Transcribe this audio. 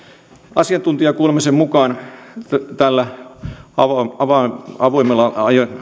asiantuntijakuulemisen mukaan tällä avoimella